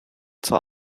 zur